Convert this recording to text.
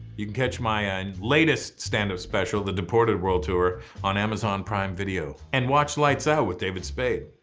you can catch my and latest standup special the deported world tour on amazon prime video. and watch lights out with david spade.